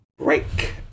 break